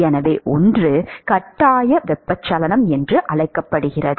எனவே ஒன்று கட்டாய வெப்பச்சலனம் என்று அழைக்கப்படுகிறது